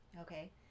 Okay